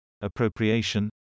appropriation